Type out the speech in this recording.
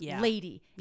lady